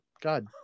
God